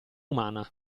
umana